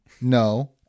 No